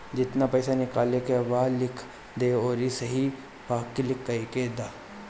जेतना पइसा निकाले के बा लिख दअ अउरी सही पअ क्लिक कअ दअ